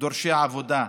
דורשי העבודה.